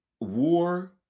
war